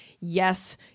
Yes